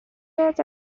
was